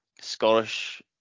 Scottish